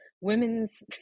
women's